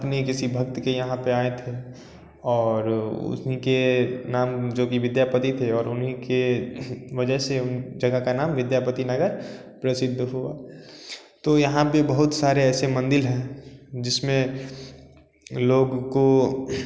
अपने किसी भक्त के यहाँ पे आए थे और उनके नाम जो कि विद्यापति थे और उन्हीं की वजह से उस जगह का नाम विद्यापति नगर प्रसिद्ध हुआ तो यहाँ भी बहुत सारे ऐसे मंदिर हैं जिसमें लोगों को